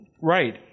Right